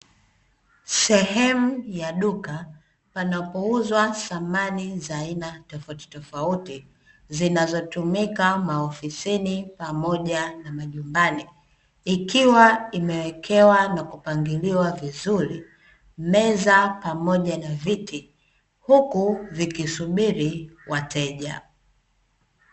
Sehemu ya duka panapouzwa samani za aina tofautitofauti, zinazotumika maofisini pamoja na majumbani, ikiwa imewekewa na kupangiliwa vizuri, meza pamoja na viti huku vikisubiri wateja.